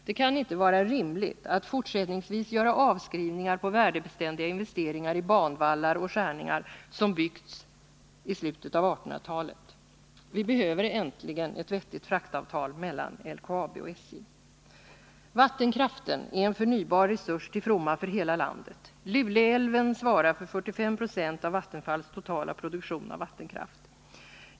Det kan inte vara rimligt att fortsättningsvis göra avskrivningar på värdebeständiga investeringar i banvallar och skärningar som byggts i slutet av 1800-talet. Vi behöver äntligen ett vettigt fraktavtal mellan LKAB och SJ. Vattenkraften är en förnybar resurs till fromma för hela landet. Luleälven svarar för 45 20 av Vattenfalls totala produktion av vattenkraft.